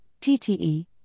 TTE